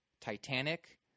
Titanic